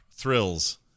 Thrills